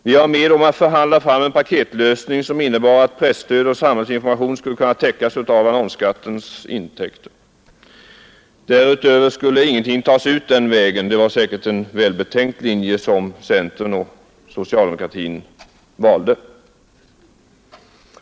Vi var med om att förhandla fram en paketlösning som innebar att kostnaderna för presstöd och samhällsinformation skulle kunna täckas av annonsskattens intäkter. Därutöver skulle ingenting tas ut den vägen. Det var säkert en välbetänkt linje som centern och socialdemokratin då valde.